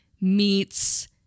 meets